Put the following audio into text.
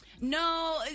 No